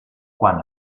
quan